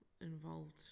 involved